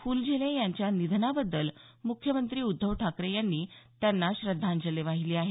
फुलझेले यांच्या निधनाबद्दल मुख्यमंत्री उद्धव ठाकरे यांनी श्रद्धांजली वाहिली आहे